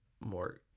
more